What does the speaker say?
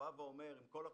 הוא אומר: עם כל הכבוד,